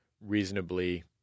reasonably